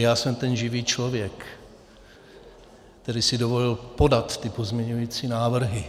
Já jsem ten živý člověk, který si dovolil podat ty pozměňovací návrhy.